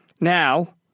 Now